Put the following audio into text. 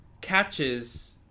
catches